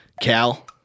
Cal